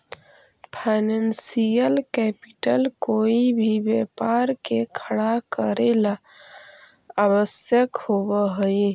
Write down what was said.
financial capital कोई भी व्यापार के खड़ा करेला ला आवश्यक होवऽ हई